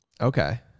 Okay